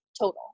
total